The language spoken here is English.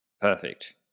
Perfect